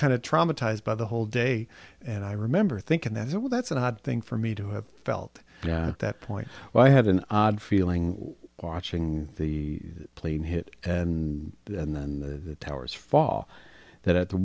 of traumatized by the whole day and i remember thinking that well that's an odd thing for me to have felt at that point when i had an odd feeling watching the plane hit and then the towers fall that